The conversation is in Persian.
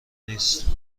نیست